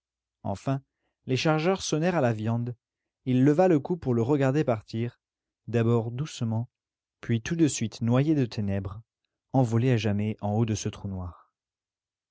enfin les chargeurs sonnèrent à la viande il leva le cou pour le regarder partir d'abord doucement puis tout de suite noyé de ténèbres envolé à jamais en haut de ce trou noir